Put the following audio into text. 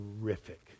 terrific